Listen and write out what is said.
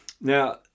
Now